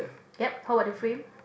yup talk about the frame